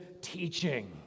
teaching